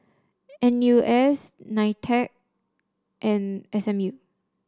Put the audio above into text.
N U S Nitec and S M U